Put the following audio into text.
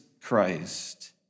Christ